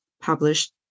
Published